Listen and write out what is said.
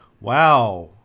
Wow